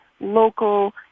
local